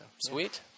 Sweet